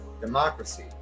democracy